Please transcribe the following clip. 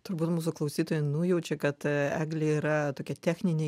turbūt mūsų klausytojai nujaučia kad eglė yra tokia techninė